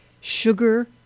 Sugar